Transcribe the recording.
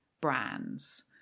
brands